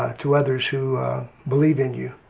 to others who believe in you